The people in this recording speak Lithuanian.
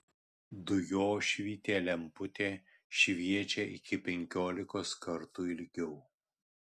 dujošvytė lemputė šviečia iki penkiolikos kartų ilgiau